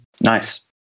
Nice